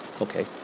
Okay